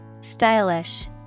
Stylish